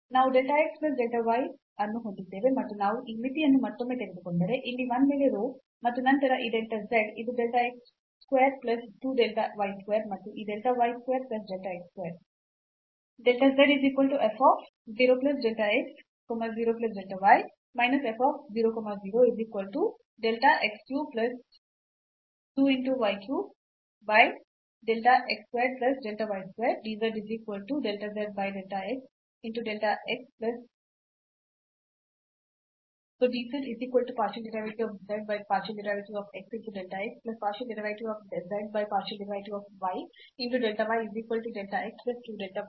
ನಾವು delta x plus 2 delta y ಅನ್ನು ಹೊಂದಿದ್ದೇವೆ ಮತ್ತು ಮತ್ತು ನಾವು ಈ ಮಿತಿಯನ್ನು ಮತ್ತೊಮ್ಮೆ ತೆಗೆದುಕೊಂಡರೆ ಇಲ್ಲಿ 1 ಮೇಲೆ rho ಮತ್ತು ನಂತರ ಈ delta z ಇದು delta x square plus 2 delta y square ಮತ್ತು ಈ delta y square plus delta x square